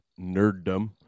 nerddom